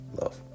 love